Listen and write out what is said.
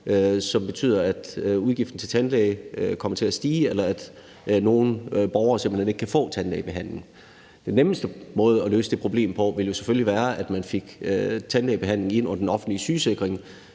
som betyder, at udgiften til tandlæge kommer til at stige, eller at nogle borgere simpelt hen ikke kan få tandlægebehandling. Den nemmeste måde at løse det problem ville selvfølgelig være, at man fik lagt tandlægebehandling ind under den offentlige sygesikring,